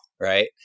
right